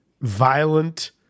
violent